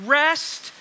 rest